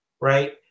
right